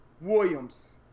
Williams